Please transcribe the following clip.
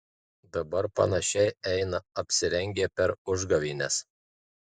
dabar panašiai eina apsirengę per užgavėnes